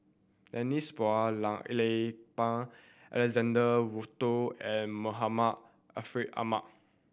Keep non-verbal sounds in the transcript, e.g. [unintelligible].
Denise Phua [unintelligible] Lay [unintelligible] Alexander Wolter and Muhammad Ariff Ahmad